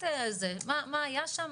מה היה שם,